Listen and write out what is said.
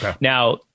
Now